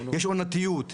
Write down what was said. יש עונתיות.